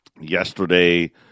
Yesterday